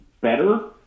better